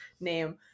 name